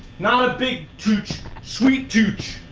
not a big touch sweet touch.